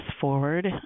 forward